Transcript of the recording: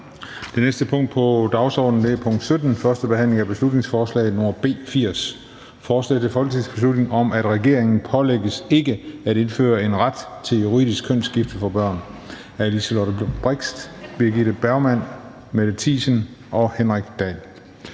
Det næste punkt på dagsordenen er: 17) 1. behandling af beslutningsforslag nr. B 80: Forslag til folketingsbeslutning om, at regeringen pålægges ikke at indføre en ret til juridisk kønsskifte for børn. Af Liselott Blixt (DF), Birgitte Bergman (KF), Mette Thiesen (NB) og Henrik Dahl